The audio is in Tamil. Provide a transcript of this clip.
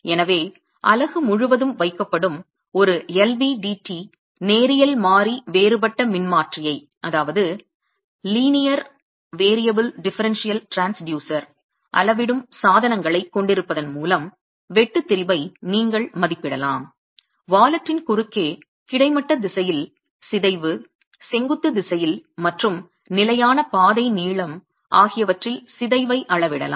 எனவே அலகு முழுவதும் வைக்கப்படும் ஒரு LVDT நேரியல் மாறி வேறுபட்ட மின்மாற்றியை அளவிடும் சாதனங்களைக் கொண்டிருப்பதன் மூலம் வெட்டு திரிபை நீங்கள் மதிப்பிடலாம் பணப்பையின் குறுக்கே கிடைமட்ட திசையில் சிதைவு செங்குத்து திசையில் மற்றும் நிலையான பாதை நீளம் ஆகியவற்றில் சிதைவை அளவிடலாம்